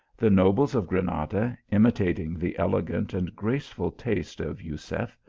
the nobles of granada, imitating the elegant and graceful taste of jusef,